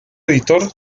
editor